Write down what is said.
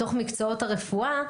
בתוך מקצועות הרפואה,